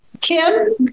Kim